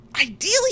Ideally